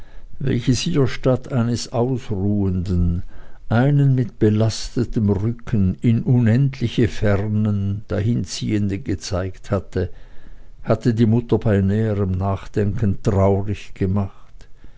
welches ihr statt eines ausruhenden einen mit belastetem rücken in unendliche fernen dahinziehenden gezeigt hatte die mutter bei näherm nachdenken traurig gemacht